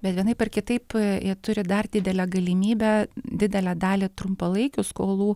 bet vienaip ar kitaip jie turi dar didelę galimybę didelę dalį trumpalaikių skolų